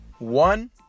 One